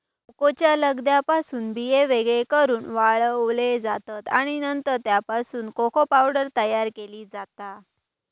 कोकोच्या लगद्यापासून बिये वेगळे करून वाळवले जातत आणि नंतर त्यापासून कोको पावडर तयार केली जाता